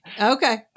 Okay